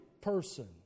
person